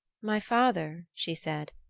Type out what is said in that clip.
my father, she said,